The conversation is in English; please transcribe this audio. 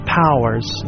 powers